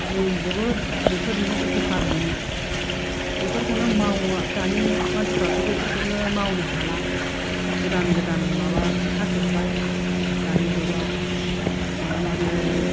जों जोबोद बेफोरजोंनो उपकार मोनो बेफोरखौनो मावो दानि मानसिफ्राथ' बेफोरखौनो मावनो हाला गोदान गोदान माबा ओंखारजोबबाय दानि जुगाव माने